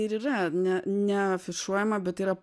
ir yra ne neafišuojama bet tai yra